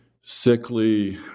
sickly